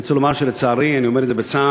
אני רוצה לומר שלצערי, אני אומר את זה בצער,